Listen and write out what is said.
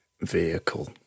vehicle